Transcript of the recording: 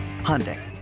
Hyundai